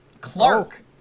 Clark